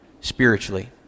spiritually